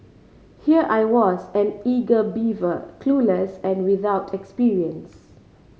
here I was an eager beaver clueless and without experience